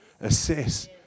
assess